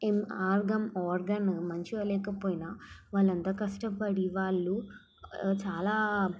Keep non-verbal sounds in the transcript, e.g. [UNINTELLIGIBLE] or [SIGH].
[UNINTELLIGIBLE] organ మంచిగా లేకపోయినా వాళ్ళు అంత కష్టపడి వాళ్ళు చాలా